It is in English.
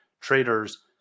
traders